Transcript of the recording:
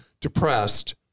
depressed